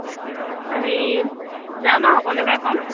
ৰ হেৰি যাম আৰু সকলোকে ক'ম